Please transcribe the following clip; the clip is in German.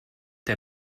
der